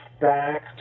back